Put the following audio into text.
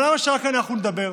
אבל למה שרק אנחנו נדבר?